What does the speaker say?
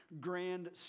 grand